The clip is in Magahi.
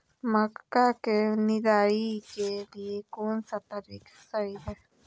मक्का के निराई के लिए कौन सा तरीका सही है?